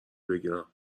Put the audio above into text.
بگیرم